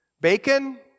Bacon